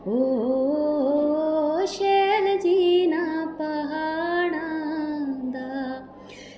ओ हो हो शैल जीना प्हाड़ां दा